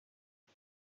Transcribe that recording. und